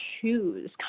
choose